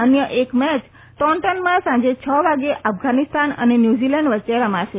અન્ય એક મેચ ટોન્ટનમાં સાંજે છ વાગે અફઘાનીસ્તાન અને ન્યુઝીલેન્ડ વચ્ચે રમાશે